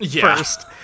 first